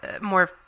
more